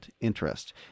interest